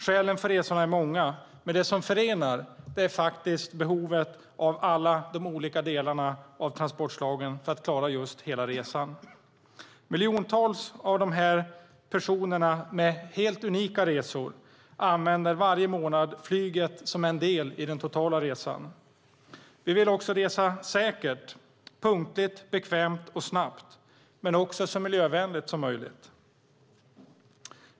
Skälen för resorna är många, men det som förenar är behovet av alla de olika delarna av transportslagen för att klara hela resan. Miljontals av dessa personer med helt unika resor använder varje månad flyget som en del i den totala resan. Vi vill resa säkert, punktligt, bekvämt och snabbt men också så miljövänligt som möjligt.